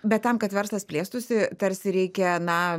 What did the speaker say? bet tam kad verslas plėstųsi tarsi reikia na